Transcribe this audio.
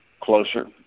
closer